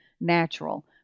natural